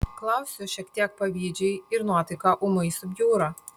klausiu šiek tiek pavydžiai ir nuotaika ūmai subjūra